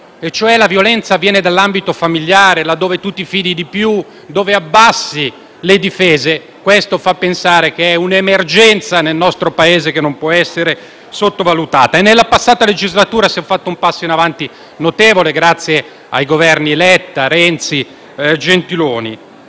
la violenza viene dall'ambito familiare, quello in cui ci si fida di più e si abbassano le difese. Questo fa pensare che siamo di fronte ad un'emergenza nel nostro Paese, che non può essere sottovalutata. Nella precedente legislatura si è fatto un passo in avanti notevole, grazie ai Governi Letta, Renzi e Gentiloni